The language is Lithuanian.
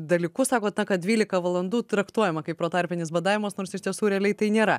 dalykus sako ta kad dvylika valandų traktuojama kaip protarpinis badavimas nors iš tiesų realiai tai nėra